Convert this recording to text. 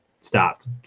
stopped